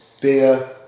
beer